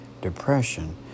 depression